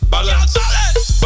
Balance